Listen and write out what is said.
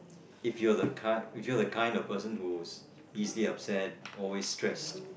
if you're the kind if you're the kind of person who is easily upset or always stressed